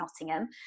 Nottingham